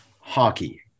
Hockey